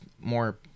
more